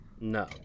no